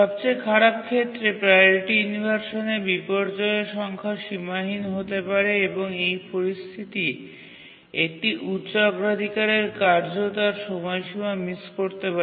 সবচেয়ে খারাপ ক্ষেত্রে প্রাওরিটি ইনভারসানে বিপর্যয়ের সংখ্যা সীমাহীন হতে পারে এবং এই পরিস্থিতি একটি উচ্চ অগ্রাধিকারের কার্য তার সময়সীমা মিস করতে পারে